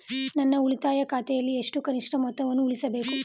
ನನ್ನ ಉಳಿತಾಯ ಖಾತೆಯಲ್ಲಿ ಎಷ್ಟು ಕನಿಷ್ಠ ಮೊತ್ತವನ್ನು ಉಳಿಸಬೇಕು?